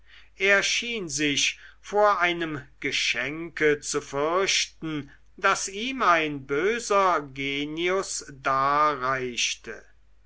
schien sich vor einem geschenke zu fürchten das ihm ein böser genius darreichte